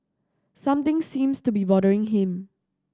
something seems to be bothering him